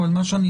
אבל אני לא